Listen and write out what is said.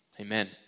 Amen